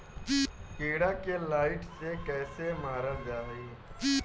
कीड़ा के लाइट से कैसे मारल जाई?